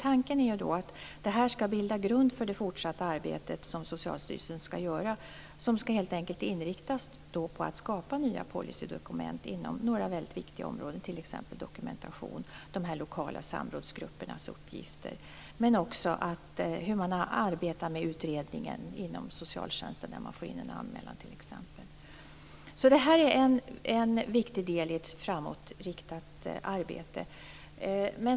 Tanken är att dessa rapporter skall bilda grund för Socialstyrelsens fortsatta arbete, som helt enkelt skall inriktas på att skapa nya policydokument inom några väldigt viktiga områden, t.ex. dokumentation om de lokala samrådsgruppernas uppgifter men också om hur socialtjänsten arbetar med utredningen när man får in en anmälan.et är en viktig del i ett framåtriktat arbete.